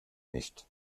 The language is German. nicht